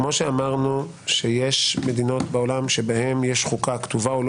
כמו שאמרנו שיש מדינות בעולם שבהן יש חוקה כתובה או לא